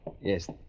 Yes